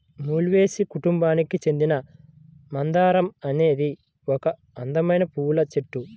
మాల్వేసి కుటుంబానికి చెందిన మందారం అనేది ఒక అందమైన పువ్వుల చెట్టు